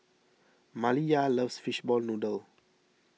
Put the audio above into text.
Maliyah loves Fishball Noodle